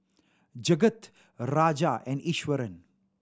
Jagat Raja and Iswaran